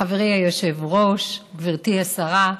חברי היושב-ראש, גברתי השרה,